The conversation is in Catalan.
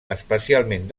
especialment